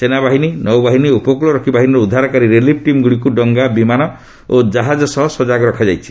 ସେନାବାହିନୀ ନୌବାହିନୀ ଓ ଉପକୂଳରକ୍ଷୀ ବାହିନୀର ଉଦ୍ଧାରକାରୀ ରିଲିଫ୍ ଟିମ୍ଗୁଡ଼ିକୁ ଡଙ୍ଗା ବିମାନ ଓ କାହାଜ ସହ ସଜାଗ ରଖାଯାଇଛି